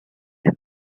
her